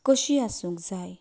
कशी आसूंक जाय